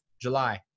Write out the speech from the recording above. July